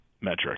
metric